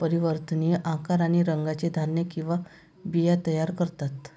परिवर्तनीय आकार आणि रंगाचे धान्य किंवा बिया तयार करतात